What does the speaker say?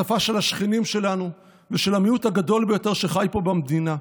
היא השפה של השכנים שלנו ושל המיעוט הגדול ביותר שחי פה במדינה.